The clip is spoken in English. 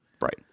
Right